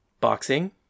Boxing